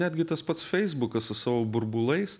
netgi tas pats feisbukas su savo burbulais